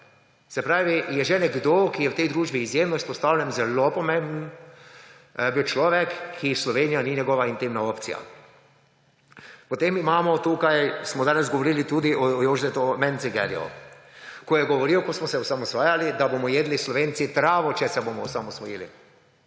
Se pravi, je že nekdo, ki je v tej družbi izjemno izpostavljen, bil je zelo pomemben človek, Slovenija pa ni njegova intimna opcija. Potem smo danes govorili tudi o Jožetu Mencingerju. Ko je govoril, ko smo se osamosvajali, da bomo jedli Slovenci travo, če se bomo osamosvojili.